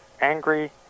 angry